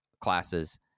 classes